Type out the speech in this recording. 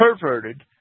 perverted